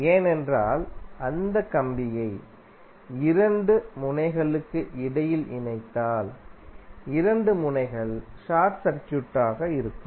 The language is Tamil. ஏனென்றால் அந்த கம்பியை 2 முனைகளுக்கு இடையில் இணைத்தால் 2 முனைகள் ஷார்ட் சர்க்யூடாக இருக்கும்